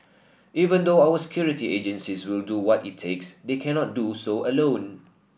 even though our security agencies will do what it takes they cannot do so alone